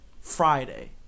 Friday